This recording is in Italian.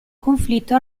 conflitto